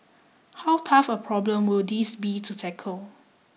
how tough a problem will this be to tackle